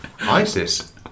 ISIS